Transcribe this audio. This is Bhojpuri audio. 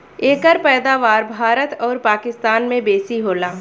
एकर पैदावार भारत अउरी पाकिस्तान में बेसी होला